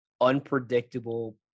unpredictable